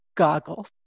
goggles